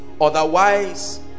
otherwise